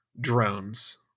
drones